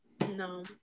No